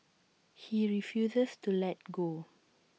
he refuses to let go